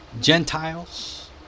Gentiles